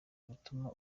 gutuma